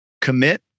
commit